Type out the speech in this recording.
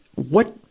what,